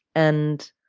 and